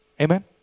Amen